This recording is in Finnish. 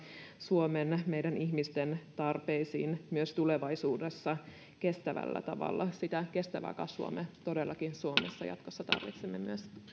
suomen meidän ihmisten tarpeisiin myös tulevaisuudessa kestävällä tavalla sitä kestävää kasvua me todellakin suomessa tarvitsemme myös